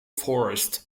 forest